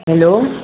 hello